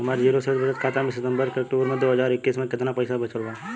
हमार जीरो शेष बचत खाता में सितंबर से अक्तूबर में दो हज़ार इक्कीस में केतना पइसा बचल बा?